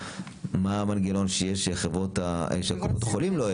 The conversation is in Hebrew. מה המנגנון שיש שקופות החולים לא.